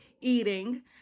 eating